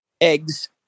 eggs